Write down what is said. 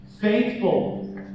faithful